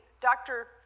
Dr